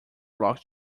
block